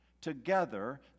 together